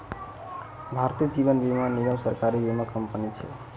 भारतीय जीवन बीमा निगम, सरकारी बीमा कंपनी छै